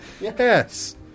Yes